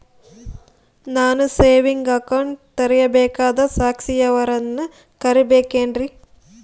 ನಾನು saving account ತೆಗಿಬೇಕಂದರ ಸಾಕ್ಷಿಯವರನ್ನು ಕರಿಬೇಕಿನ್ರಿ?